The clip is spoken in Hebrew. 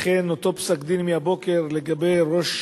אכן אותו פסק-דין מהבוקר לגבי ראש